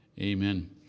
Amen